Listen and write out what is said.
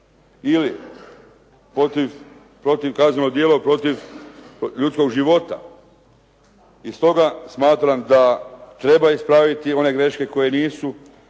ili kazneno djelo protiv ljudskog života. I stoga smatram da treba ispraviti one greške koje nisu,